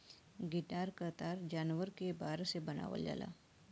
guitar क तार जानवर क बार से बनावल जाला